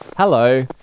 Hello